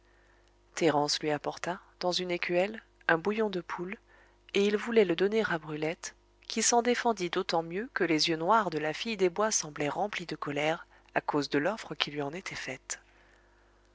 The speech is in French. thérence lui apporta dans une écuelle un bouillon de poule et il voulait le donner à brulette qui s'en défendit d'autant mieux que les yeux noirs de la fille des bois semblaient remplis de colère à cause de l'offre qui lui en était faite